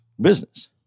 business